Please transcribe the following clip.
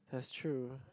that's true